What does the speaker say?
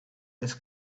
this